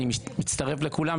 אני מצטרף לכולם,